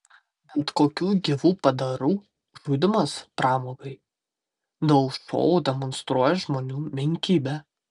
bet kokių gyvų padarų žudymas pramogai dėl šou demonstruoja žmonių menkybę